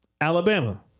Alabama